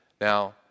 Now